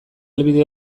helbide